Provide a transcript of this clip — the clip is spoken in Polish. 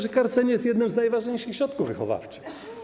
Że karcenie jest jednym z najważniejszych środków wychowawczych.